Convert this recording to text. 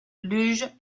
luge